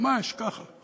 ממש ככה,